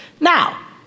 Now